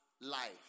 life